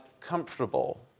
comfortable